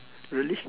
really